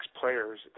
players